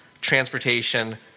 transportation